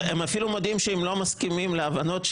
הם אפילו מודים שהם לא מסכימים להבנות שלנו,